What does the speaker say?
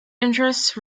interests